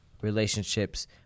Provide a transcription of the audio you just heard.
relationships